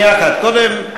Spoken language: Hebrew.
כן, אדוני.